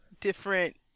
different